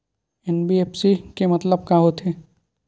NBFC के मतलब का होथे?